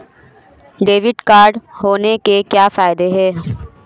Debit card होने के क्या फायदे हैं?